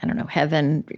i don't know, heaven